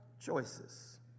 Choices